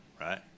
right